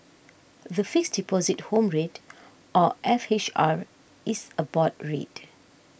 the Fixed Deposit Home Rate or F H R is a board rate